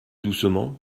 doucement